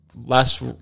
last